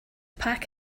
pack